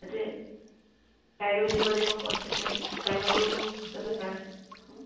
তাতে কাৰিকৰক দিব লাগিব খৰছটো কিমান কাৰিকৰটো পইচাটো